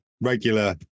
regular